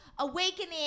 awakening